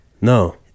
no